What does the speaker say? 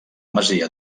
masia